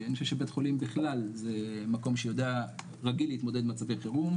אני חושב שבית החולים בכלל זה מקום שיודע ורגיל להתמודד עם מצבי חירום.